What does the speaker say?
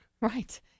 Right